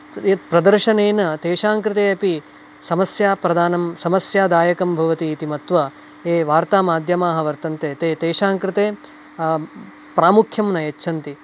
यत् प्रदर्शनेन तेषां कृते अपि समस्याप्रदानं समस्यादायकं भवति इति मत्वा ये वार्तामाध्यमाः वर्तन्ते ते तेषां कृते प्रामुख्यं न यच्छन्ति